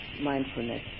mindfulness